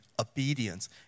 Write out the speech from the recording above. obedience